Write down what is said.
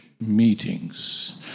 meetings